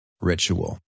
ritual